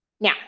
Now